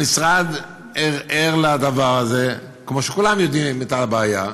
המשרד ער לדבר הזה, כמו שכולם יודעים על הבעיה.